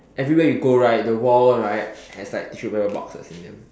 everywhere you go right the wall right has like tissue paper boxes in them